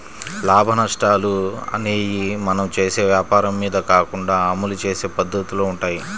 లాభనష్టాలు అనేయ్యి మనం చేసే వ్వాపారం మీద కాకుండా అమలు చేసే పద్దతిలో వుంటయ్యి